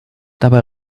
dabei